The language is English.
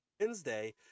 Wednesday